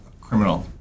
criminal